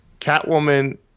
Catwoman